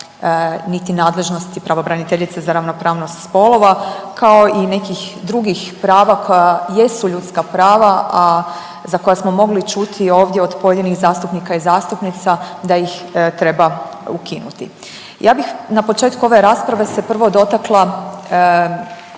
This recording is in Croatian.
niti nadležnosti pravobraniteljice za ravnopravnost spolova kao i nekih drugih prava koja jesu ljudska prava, a za koja smo mogli čuti ovdje od pojedinih zastupnika i zastupnica da ih treba ukinuti. Ja bih na početku ove rasprave se prvo dotakla